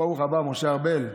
ברוך הבא, משה ארבל,